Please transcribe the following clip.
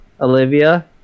Olivia